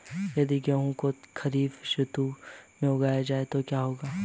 यदि गेहूँ को खरीफ ऋतु में उगाया जाए तो क्या होगा?